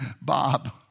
Bob